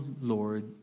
Lord